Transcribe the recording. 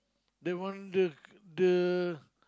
the one the the